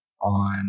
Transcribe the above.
on